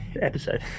episode